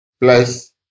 plus